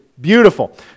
beautiful